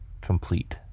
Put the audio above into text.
complete